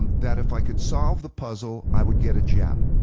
um that if i could solve the puzzle, i would get a gem.